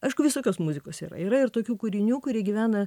aišku visokios muzikos yra yra ir tokių kūrinių kurie gyvena